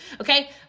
okay